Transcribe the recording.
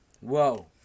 Whoa